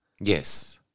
Yes